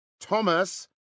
Thomas